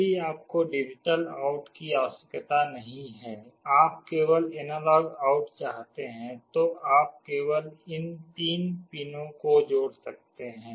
यदि आपको digital out की आवश्यकता नहीं है आप केवल एनालॉग आउट चाहते हैं तो आप केवल इन तीन पिनों को जोड़ सकते हैं